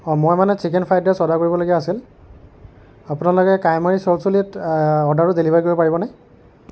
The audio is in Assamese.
অঁ মই মানে চিকেন ফ্ৰাইড ৰাইচ অৰ্ডাৰ কৰিবলগীয়া আছিল আপোনালোকে কাৱৈমাৰী চলচলিত অৰ্ডাৰটো ডেলীভাৰি কৰিব পাৰিবনে